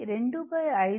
4 కోణం 0